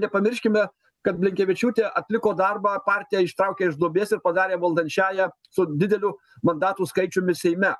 nepamirškime kad blinkevičiūtė atliko darbą partiją ištraukė iš duobės ir padarė valdančiąja su dideliu mandatų skaičiumi seime